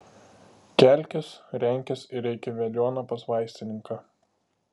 kelkis renkis ir eik į veliuoną pas vaistininką